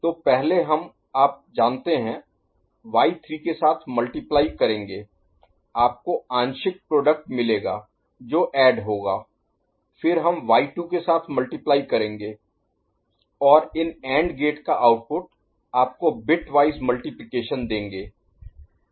तो पहले हम आप जानते है y3 के साथ मल्टीप्लाई Multiply गुणा करेंगें आपको आंशिक प्रोडक्ट मिलेगा जो ऐड होगा फिर हम y2 के साथ मल्टीप्लाई Multiply गुणा करेंगे और इन AND गेट का आउटपुट आपको बिटवाइज़ मल्टिप्लिकेशन देंगे